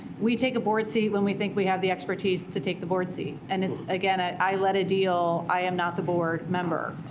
we take a board seat when we think we have the expertise to take the board seat. and it's, again, i i led a deal. i am not the board member.